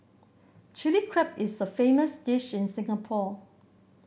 Chilli Crab is a famous dish in Singapore